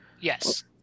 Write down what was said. Yes